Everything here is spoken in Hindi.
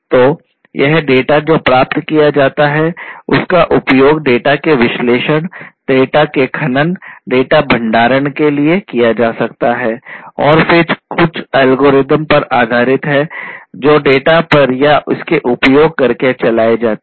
तो यह डेटा जो प्राप्त किया जाता है उसका उपयोग डेटा के विश्लेषण डेटा के खनन डेटा भंडारण के लिए किया जा सकता है और फिर कुछ एल्गोरिदम पर आधारित है जो डेटा पर या इसका उपयोग करके चलाए जाते है